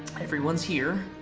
everyone's here.